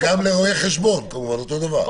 וגם לרואי חשבון אותו דבר.